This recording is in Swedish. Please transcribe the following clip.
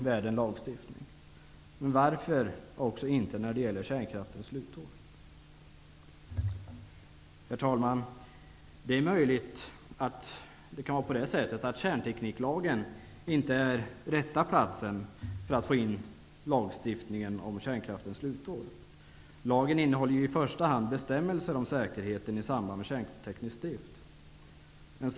Varför inte lagstiftning också när det gäller kärnkraftens slutår? Herr talman! Det är möjligt att kärntekniklagen inte är rätt ställe att få in en lagstiftning om kärnkraftens slutår på. Lagen innehåller ju i första hand bestämmelser om säkerheten i samband med kärnteknisk drift.